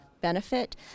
benefit